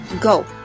go